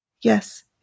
yes